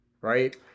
right